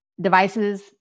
devices